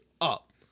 up